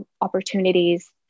opportunities